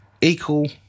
equal